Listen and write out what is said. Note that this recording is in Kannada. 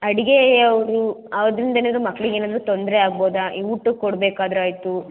ಅಡಿಗೆಯವ್ರು ಅವ್ದ್ರಿಂದ ಏನಾದ್ರು ಮಕ್ಕಳಿಗೇನಾದ್ರು ತೊಂದರೆ ಆಗ್ಬೋದಾ ಈ ಊಟಕ್ಕೆ ಕೊಡ್ಬೇಕಾದ್ರಾಯಿತು